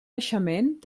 naixement